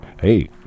Hey